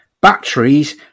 batteries